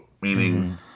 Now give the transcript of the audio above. meaning